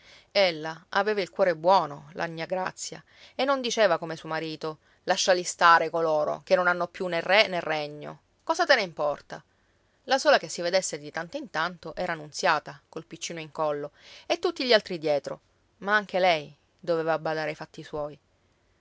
ella aveva il cuore buono la gnà grazia e non diceva come suo marito lasciali stare coloro che non hanno più né re né regno cosa te ne importa la sola che si vedesse di tanto in tanto era nunziata col piccino in collo e tutti gli altri dietro ma anche lei doveva badare ai fatti suoi